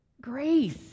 Grace